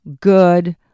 good